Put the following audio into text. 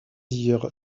dire